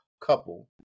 couple